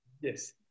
Yes